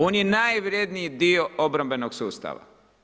On je najvredniji dio obrambenog sustava.